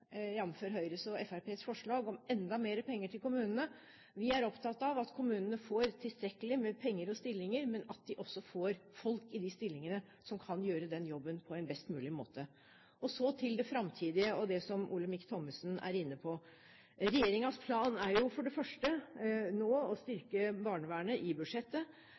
Høyres og Fremskrittspartiets forslag om enda mer penger til kommunene. Vi er opptatt av at kommunene får tilstrekkelig med penger og stillinger, men at de også får folk i de stillingene, som kan gjøre den jobben på en best mulig måte. Så til det framtidige, og det Olemic Thommessen var inne på. Regjeringens plan er jo for det første å styrke barnevernet nå i budsjettet.